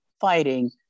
fighting